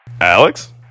Alex